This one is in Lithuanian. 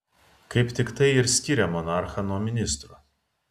kaip tik tai ir skiria monarchą nuo ministro